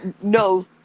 No